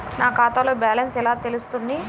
నా ఖాతాలో బ్యాలెన్స్ ఎలా తెలుస్తుంది?